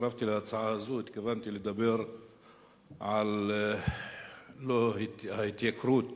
כשהצטרפתי להצעה הזאת התכוונתי לדבר לא על ההתייקרות